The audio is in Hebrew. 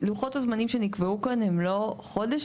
לוחות הזמנים שנקבעו כאן הם לא חודש,